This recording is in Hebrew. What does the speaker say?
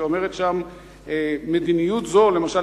שאומרת שם: "מדיניות זו" למשל,